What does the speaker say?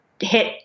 hit